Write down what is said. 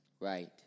Right